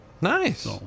Nice